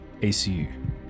ACU